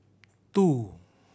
two